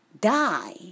die